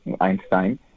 Einstein